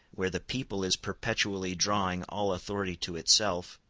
where the people is perpetually drawing all authority to itself,